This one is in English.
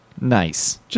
Nice